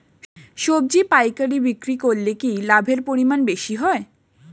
সবজি পাইকারি বিক্রি করলে কি লাভের পরিমাণ বেশি হয়?